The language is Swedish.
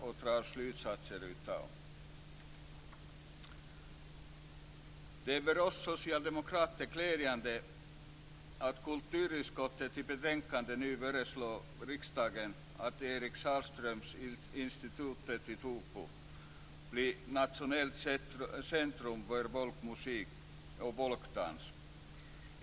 Det är glädjande för oss socialdemokrater att kulturutskottet i betänkandet föreslår riksdagen att Eric Sahlström-institutet i Tobo skall bli ett nationellt centrum för folkmusik och folkdans.